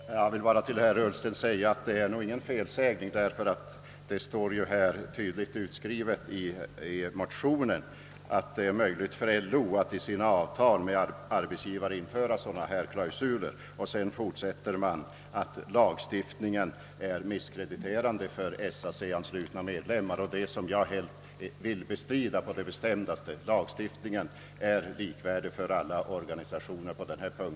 Herr talman! Jag vill säga till herr Ullsten att det nog inte är fråga om någon felsägning i detta fall, eftersom det står i motionen att LO har möjligheter att i sina avtal med arbetsgivarna införa klausuler av det slag det här gäller. I fortsättningen skriver motionärerna att lagstiftningen är diskriminerande för SAC-anslutna medlemmar, och det påståendet vill jag mycket bestämt bestrida. Lagstiftningen är lika för alla organisationer i det fallet.